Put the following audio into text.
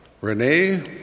Renee